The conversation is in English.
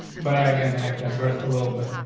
but i again i digress a little bit.